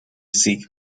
seek